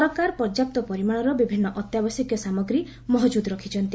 ସରକାର ପର୍ଯ୍ୟାପ୍ତ ପରିମାଣର ବିଭିନ୍ନ ଅତ୍ୟାବଶ୍ୟକ ସାମଗ୍ରୀ ମହଜୁଦ୍ ରଖିଛନ୍ତି